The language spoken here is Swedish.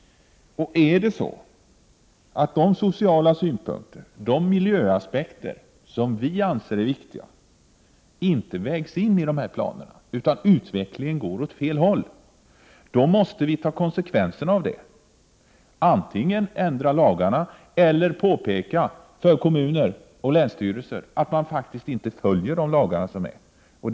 Om de sociala synpunkterna och de miljöaspekter som vi anser är viktiga inte vägs in i dessa planer utan utvecklingen går åt fel håll, måste vi ta konsekvenserna av detta och antingen ändra lagarna eller påpeka för kommuner och länsstyrelser att de faktiskt inte följer de lagar som gäller.